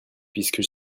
puisque